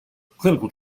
clinical